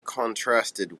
contrasted